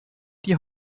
die